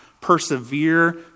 persevere